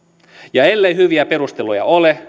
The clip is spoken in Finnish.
ja ellei hyviä perusteluja ole